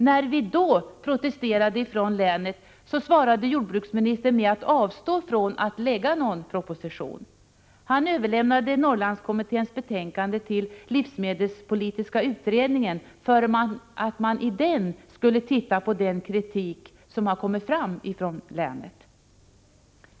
När vi från länet då protesterade, svarade jordbruksministern med att avstå från att lägga fram någon proposition. Han överlämnade Norrlandskommitténs betänkande till livsmedelspolitiska utredningen, för att den skulle titta på den kritik som kommit från länet.